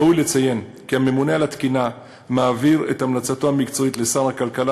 ראוי לציין כי הממונה על התקינה מעביר את המלצתו המקצועית לשר הכלכלה,